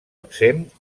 exempt